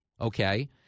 Okay